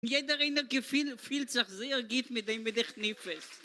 ידע רינה כפיל, כפיל צחזיר, גיט מידי, מידי חניפלס